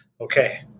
okay